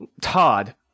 Todd